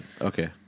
Okay